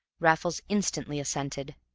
raffles instantly assented.